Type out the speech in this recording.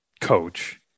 coach